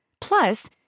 Plus